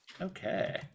Okay